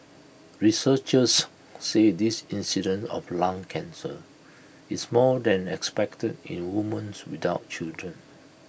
researchers said this incidence of lung cancer is more than expected in women's without children